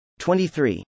23